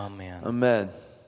Amen